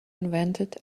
invented